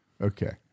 Okay